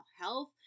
health